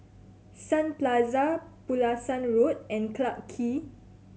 Sun Plaza Pulasan Road and Clarke Quay